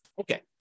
okay